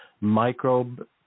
microbe